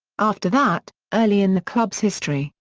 after that, early in the club's history,